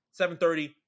7.30